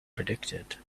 predicted